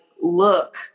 look